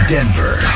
Denver